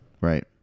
right